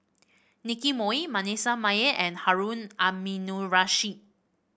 Nicky Moey Manasseh Meyer and Harun Aminurrashid